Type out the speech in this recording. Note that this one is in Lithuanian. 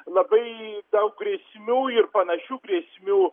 labai daug grėsmių ir panašių grėsmių